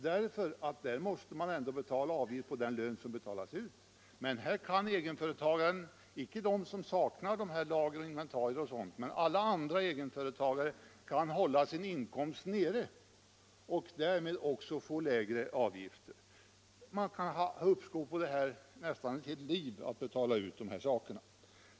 Den senare måste ändå betala = Nr 148 avgift på de löner som betalas ut. Egenföretagare — inte den egenföretagare Torsdagen den som saknar lager, inventarier och sådant men alla andra egenföretagare 3 juni 1976 —- kan hålla sin inkomst nere och därmed också få lägre avgifter. Man — kan på det sättet få uppskov nästan ett helt liv med att betala de här Ändrade avdragsavgifterna.